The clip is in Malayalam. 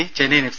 C Chennaiyin F